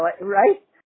right